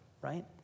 right